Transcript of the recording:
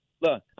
Look